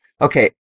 okay